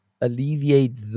alleviate